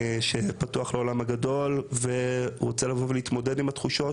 שפתוח לעולם הגדול ושרוצה לבוא ולהתמודד עם התחושות,